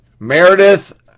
Meredith